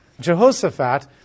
Jehoshaphat